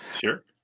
sure